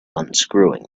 unscrewing